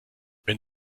wenn